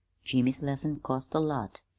jimmy's lessons cost a lot,